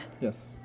Yes